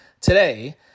today